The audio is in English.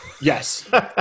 Yes